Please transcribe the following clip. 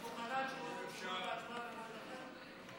את מוכנה תשובה והצבעה במועד אחר?